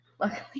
Luckily